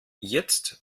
jetzt